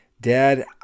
Dad